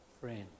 friend